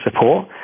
support